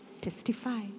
Testify